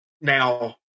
Now